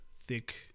thick